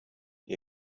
die